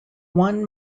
one